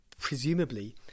presumably